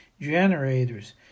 generators